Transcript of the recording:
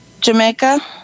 Jamaica